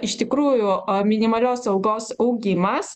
iš tikrųjų minimalios algos augimas